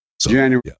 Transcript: January